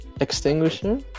Extinguisher